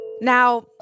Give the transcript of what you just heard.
Now